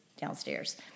downstairs